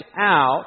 out